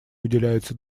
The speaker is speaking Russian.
уделяется